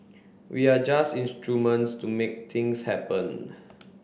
we are just instruments to make things happen